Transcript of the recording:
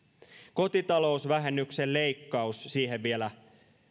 kotitalousvähennyksen leikkaus siihen vielä